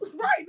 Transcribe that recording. Right